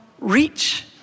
reach